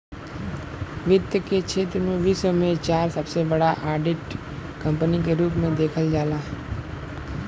वित्त के क्षेत्र में विश्व में चार सबसे बड़ा ऑडिट कंपनी के रूप में देखल जाला